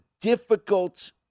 difficult